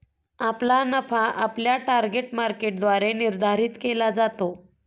आपला नफा आपल्या टार्गेट मार्केटद्वारे निर्धारित केला जातो